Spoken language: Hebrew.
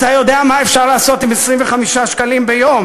אתה יודע מה אפשר לעשות עם 25 שקלים ביום?